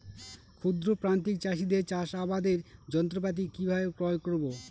ক্ষুদ্র প্রান্তিক চাষীদের চাষাবাদের যন্ত্রপাতি কিভাবে ক্রয় করব?